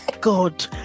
God